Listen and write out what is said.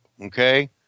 Okay